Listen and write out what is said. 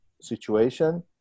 situation